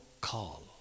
call